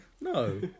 No